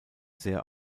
sehr